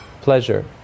pleasure